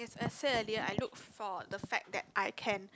as said earlier I look for the fact that I can